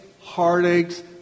heartaches